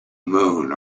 moon